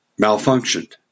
malfunctioned